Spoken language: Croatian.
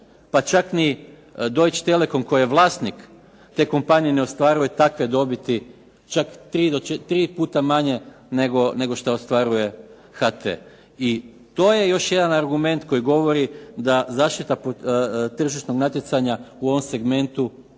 pa čak ni „Deutsch telekom“ koji je vlasnik te kompanije ne ostvaruje takve dobiti, čak tri puta manje nego što je HT. I to je još jedan argument koji govori da zaštita tržišnog natjecanja u ovom segmentu